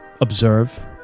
observe